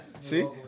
See